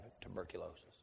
tuberculosis